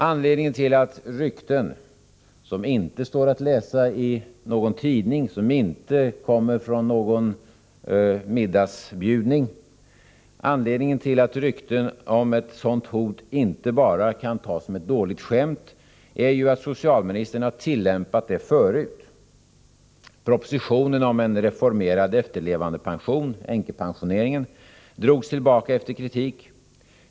Anledningen till att rykten — som inte står att läsa i någon tidning och som inte kommer från någon middagsbjudning — om ett sådant hot inte bara kan tas som ett dåligt skämt är ju att socialministern har tillämpat det förut. Propositionen om en reformerad efterlevandepension, änkepensioneringen, drogs tillbaka efter kritik.